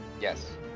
Yes